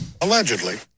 Allegedly